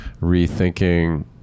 rethinking